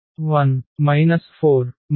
5 0 4 0